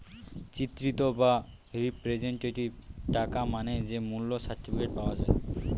চিত্রিত বা রিপ্রেজেন্টেটিভ টাকা মানে যে মূল্য সার্টিফিকেট পাওয়া যায়